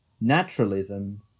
Naturalism